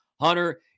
hunter